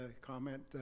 comment